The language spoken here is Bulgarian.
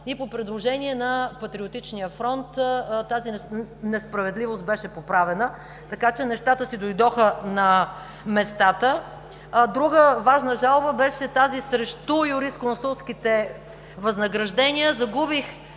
и по предложение на Патриотичния фронт тази несправедливост беше поправена, така че нещата си дойдоха на местата. Друга важна жалба беше тази срещу юрисконсултските възнаграждения. Загубих